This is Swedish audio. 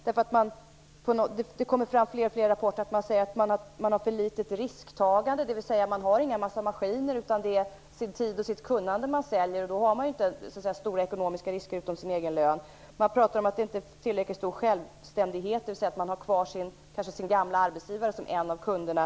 Det kommer fram fler och fler rapporter om att folk får höra att de har ett för litet risktagande, dvs. att man inte har en massa maskiner utan säljer sin tid och sitt kunnande och att man därmed inte tar några stora ekonomiska risker utan bara riskerar sin egen lön. Det sägs att de sökande inte har en tillräckligt stor självständighet, vilket kan bero på att man har kvar sin gamla arbetsgivare som en av kunderna.